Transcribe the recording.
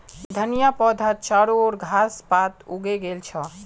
धनिया पौधात चारो ओर घास पात उगे गेल छ